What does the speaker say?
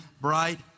bright